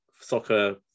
soccer